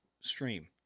stream